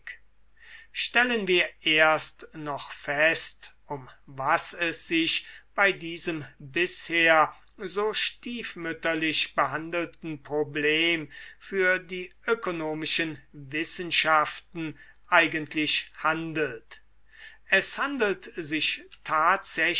stellen wir erst noch fest um was es sich bei diesem bisher so stiefmütterlich behandelten problem für die ökonomischen wissenschaften eigentlich handelt es handelt sich